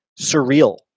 surreal